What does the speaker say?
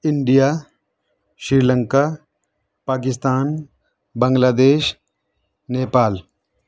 India Sri Lanka Pakistan Bangladesh Nepal